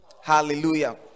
Hallelujah